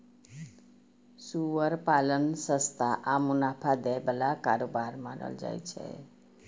सुअर पालन सस्ता आ मुनाफा दै बला कारोबार मानल जाइ छै